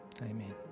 Amen